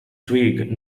twig